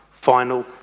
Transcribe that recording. final